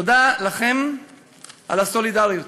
תודה לכם על הסולידריות.